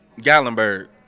Gallenberg